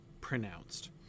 pronounced